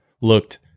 looked